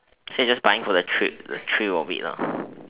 so you just buying for the thrill the thrill of it ah